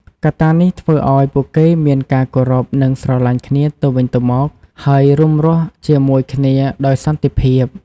កត្តានេះធ្វើឲ្យពួកគេមានការគោរព និងស្រឡាញ់គ្នាទៅវិញទៅមក ហើយរួមរស់ជាមួយគ្នាដោយសន្តិភាព។